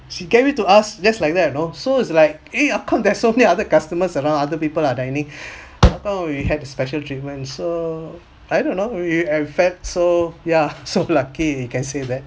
she gave it to us just like that you know so it's like eh how come there's so many other customers around other people are dining how come we have the special treatments so I don't know so ya so lucky you can say that